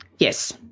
Yes